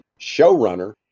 showrunner